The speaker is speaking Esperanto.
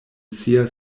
sia